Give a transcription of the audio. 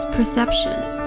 Perceptions